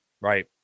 Right